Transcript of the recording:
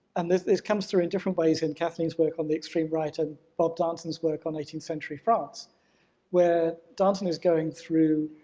and this this comes through in different ways in kathleen's work on the extreme right and bob darnton's work on eighteenth century france where darnton is going through